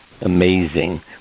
amazing